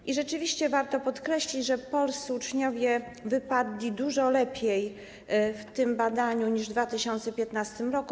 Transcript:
I rzeczywiście warto podkreślić, że polscy uczniowie wypadli dużo lepiej w tym badaniu niż w 2015 r.